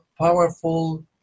powerful